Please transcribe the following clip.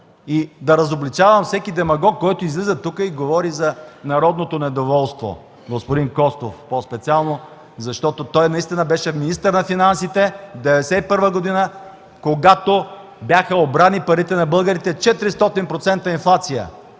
и да разобличавам всеки демагог, който излиза тук и говори за народното недоволство, господин Костов по-специално, защото той наистина беше министър на финансите през 1991 г., когато бяха обрани парите на българите – 400% инфлация.